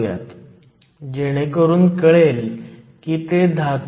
येथे Ec EF हे 0